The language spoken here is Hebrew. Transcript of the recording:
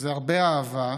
זה הרבה אהבה,